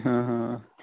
ਹਾਂ ਹਾਂ